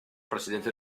presidente